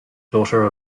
daughter